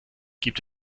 gibt